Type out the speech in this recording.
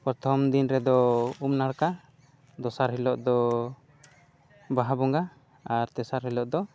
ᱯᱨᱚᱛᱷᱚᱢ ᱫᱤᱱ ᱨᱮᱫᱚ ᱩᱢ ᱱᱟᱲᱠᱟ ᱫᱚᱥᱟᱨ ᱦᱤᱞᱳᱜ ᱫᱚ ᱵᱟᱦᱟ ᱵᱚᱸᱜᱟ ᱟᱨ ᱛᱮᱥᱟᱨ ᱦᱤᱞᱳᱜ ᱫᱚ